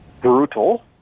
brutal